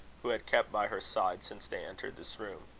who had kept by her side since they entered this room.